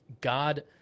God